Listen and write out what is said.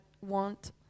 want